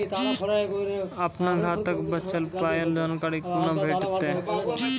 अपन खाताक बचल पायक जानकारी कूना भेटतै?